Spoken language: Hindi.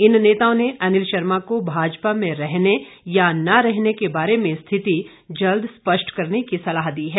इन नेताओं ने अनिल शर्मा को भाजपा में रहने या न रहने के बारे में स्थिति जल्द स्पष्ट करने की सलाह दी है